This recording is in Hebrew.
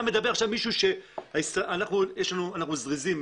אנחנו זריזים,